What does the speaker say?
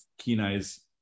Kenai's